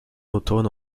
automne